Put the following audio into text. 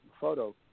photo